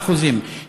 7%; כסיפה,